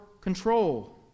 control